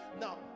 Now